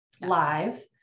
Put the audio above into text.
live